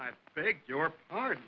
i beg your pardon